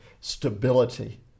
stability